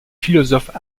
philosophes